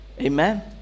Amen